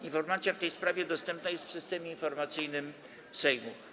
Informacja w tej sprawie dostępna jest w Systemie Informacyjnym Sejmu.